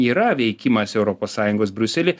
yra veikimas europos sąjungos briusely